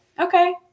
okay